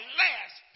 last